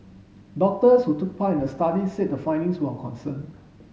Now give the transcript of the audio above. doctors who took part in the study said the findings were of concern